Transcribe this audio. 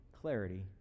clarity